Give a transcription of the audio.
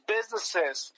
Businesses